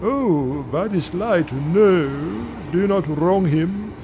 o, by this light, no do not wrong him.